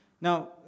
Now